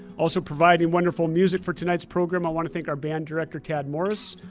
also, providing wonderful music for tonight's program, i wanna thank our band director, tadd morris,